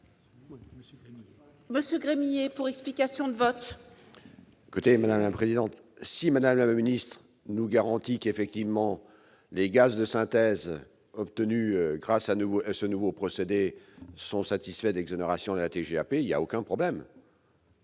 Daniel Gremillet, pour explication de vote.